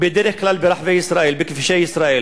בדרך כלל, בכבישי ישראל